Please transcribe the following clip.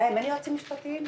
להם אין יועצים משפטיים?